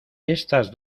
estas